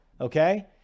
okay